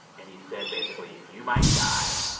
and he said, basically, you might die.